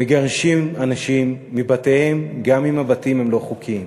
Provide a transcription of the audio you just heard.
מגרשים אנשים מבתיהם, גם אם הבתים הם לא חוקיים.